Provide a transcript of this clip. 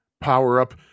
power-up